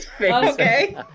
Okay